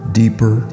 deeper